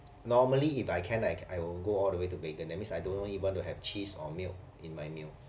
normally if I can like I will go all the way to vegan that means I don't even want to have cheese or milk in my meal